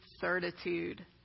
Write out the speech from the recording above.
certitude